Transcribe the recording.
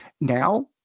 Now